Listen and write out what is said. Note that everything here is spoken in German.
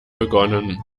begonnen